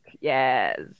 Yes